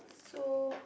so